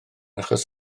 achos